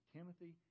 Timothy